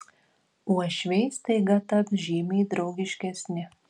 uošviai staiga taps žymiai draugiškesni